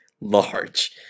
large